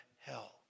hell